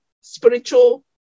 spiritual